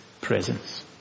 presence